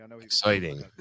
Exciting